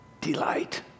Delight